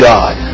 God